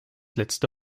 letzte